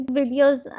videos